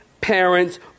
parents